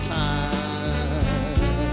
time